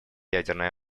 ядерное